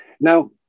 Now